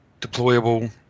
Deployable